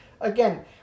Again